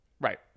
Right